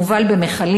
הוא מובל במכלים,